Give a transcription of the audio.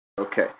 Okay